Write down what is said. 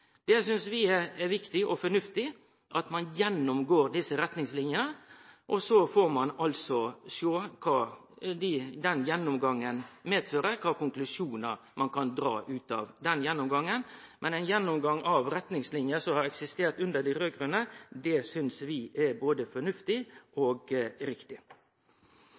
synest det er viktig og fornuftig at ein gjennomgår desse retningslinene. Så får ein sjå kva den gjennomgangen medfører, kva konklusjonar ein kan dra av den gjennomgangen. Men å ha ein gjennomgang av retningsliner som har eksistert under dei raud-grøne, synest vi er både fornuftig og riktig.